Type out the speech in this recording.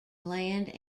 land